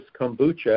Kombucha